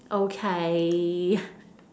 okay